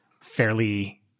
fairly